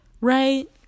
right